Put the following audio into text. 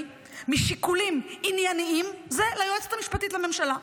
משיקולים ענייניים זה היועצת המשפטית לממשלה.